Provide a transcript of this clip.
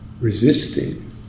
resisting